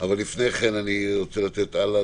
אבל לפני כן אני רוצה לתת את זכות הדיבור